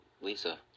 Lisa